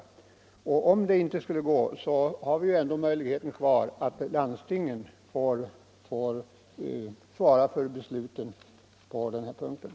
Om detta mot förmodan inte skulle gå att genomföra så finns möjligheten att låta landstingen svara för besluten i sådana här fall.